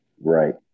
Right